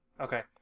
okay